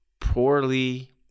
poorly